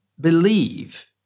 believe